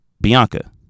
Bianca